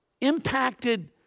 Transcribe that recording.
impacted